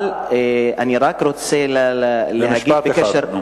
אבל אני רק רוצה להגיד, במשפט אחד.